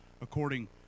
according